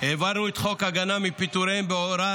העברנו את חוק ההגנה מפיטורים בהוראת